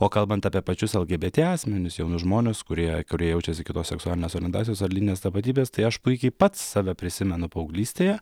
o kalbant apie pačius lgbt asmenis jaunus žmones kurie kurie jaučiasi kitos seksualinės orientacijos ar lytinės tapatybės tai aš puikiai pats save prisimenu paauglystėje